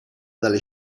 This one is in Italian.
dalle